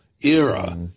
era